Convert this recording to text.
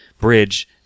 bridge